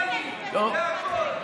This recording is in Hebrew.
מפא"יניק, זה הכול.